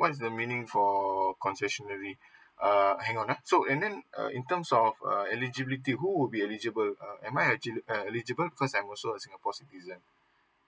what's the meaning for err hang out luh so and then uh in terms of err in would be eligible uh am I uh eligible cause I was so sick cause it's like